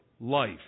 life